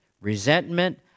resentment